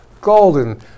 golden